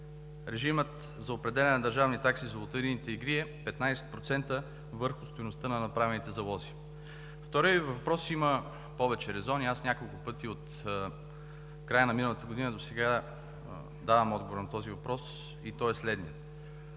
режимът за определяне на държавни такси за лотарийните игри е 15% върху стойността на направените залози. Вторият Ви въпрос има повече резон и аз няколко пъти от края на миналата година досега давам отговор на този въпрос и той е следният.